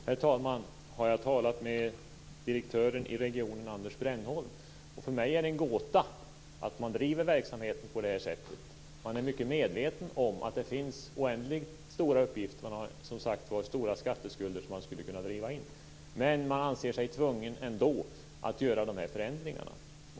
Herr talman! Den frågan har jag diskuterat med direktören i regionen, Anders Brännholm. För mig är det en gåta att man driver verksamheten på det här sättet. Man är mycket medveten om att det finns oändligt stora uppgifter. Man har som sagt stora skatteskulder som man skulle kunna driva in. Men man anser sig ändå tvungen att göra de här förändringarna.